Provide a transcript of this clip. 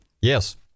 Yes